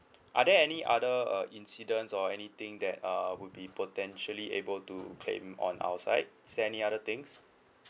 are there any other uh incidents or anything that err would be potentially able to claim on our side is there any other things